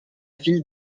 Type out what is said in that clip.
ville